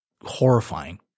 horrifying